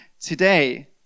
Today